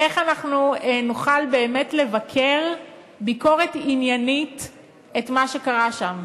איך אנחנו נוכל באמת לבקר ביקורת עניינית את מה שקרה שם?